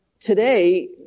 today